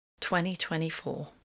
2024